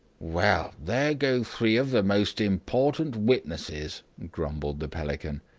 well, there go three of the most important witnesses, grumbled the pelican.